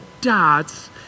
dots